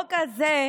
אתה לא השאוויש.